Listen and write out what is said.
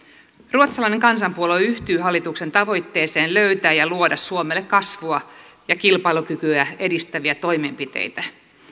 ruotsalainen kansanpuolue yhtyy hallituksen tavoitteeseen löytää ja luoda suomelle kasvua ja kilpailukykyä edistäviä toimenpiteitä